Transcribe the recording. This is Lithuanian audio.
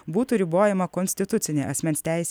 būtų ribojama konstitucinė asmens teisė